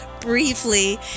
briefly